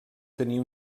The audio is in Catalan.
tenir